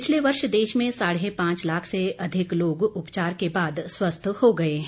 पिछले वर्ष देश में साढे पांच लाख से अधिक लोग उपचार के बाद स्वस्थ हो गए हैं